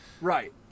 Right